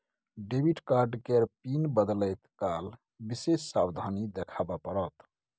debit card केर PIN बदलैत काल विशेष सावाधनी देखाबे पड़त